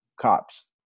cops